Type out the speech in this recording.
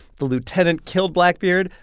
the lieutenant killed blackbeard,